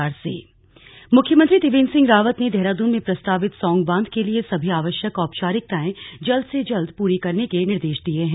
video conferencing मुख्यमंत्री त्रिवेन्द्र सिंह रावत ने देहरादून में प्रस्तावित सौंग बांध के लिए सभी आवश्यक औपचारिकताएं जल्द से जल्द पूरी करने के निर्देश दिए हैं